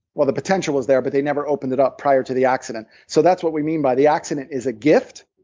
well the potential was there but they never opened it up prior to the accident so that's what we mean by, the accident is a gift,